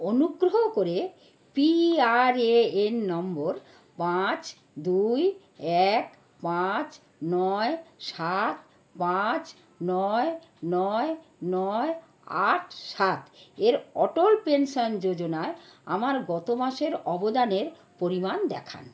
অনুগ্রহ করে পিআরএএন নম্বর পাঁচ দুই এক পাঁচ নয় সাত পাঁচ নয় নয় নয় আট সাত এর অটল পেনশন যোজনার আমার গত মাসের অবদানের পরিমাণ দেখান